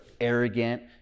arrogant